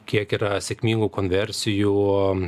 kiek yra sėkmingų konversijų